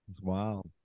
wow